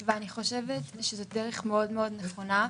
מאוד ואני חושבת שזאת דרך נכונה מאוד,